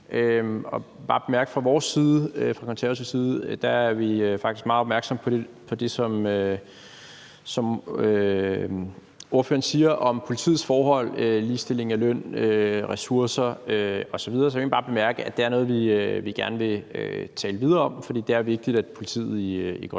bare sige, at fra Konservatives side er vi faktisk meget opmærksomme på det, som ordføreren siger om politiets forhold – ligestillingen i forhold til løn, ressourcer osv. Og der vil jeg bare bemærke, at det er noget, vi gerne vil tale videre om, for det er vigtigt, at politiet i Grønland